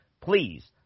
please